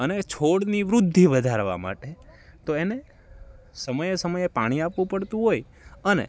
અને છોડની વૃદ્ધિ વધારવા માટે તો એને સમયે સમયે પાણી આપવું પડતું હોય અને